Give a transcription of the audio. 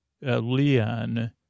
Leon